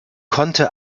konnte